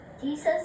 Jesus